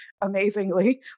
amazingly